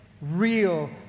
real